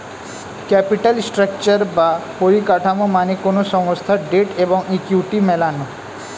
capital structure বা পরিকাঠামো মানে কোনো সংস্থার ডেট এবং ইকুইটি মেলানো